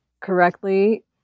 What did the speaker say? correctly